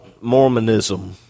Mormonism